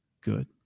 good